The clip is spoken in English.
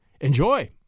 Enjoy